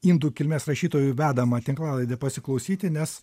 indų kilmės rašytojų vedamą tinklalaidę pasiklausyti nes